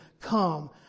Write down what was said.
come